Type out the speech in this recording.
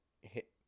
Hit